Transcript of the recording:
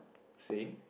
same